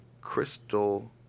Crystal